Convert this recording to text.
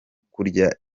kurya